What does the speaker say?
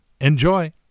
Enjoy